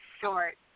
short